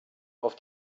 auf